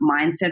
mindset